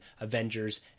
Avengers